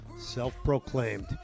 self-proclaimed